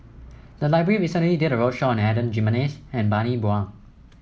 the library recently did a roadshow on Adan Jimenez and Bani Buang